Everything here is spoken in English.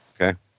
Okay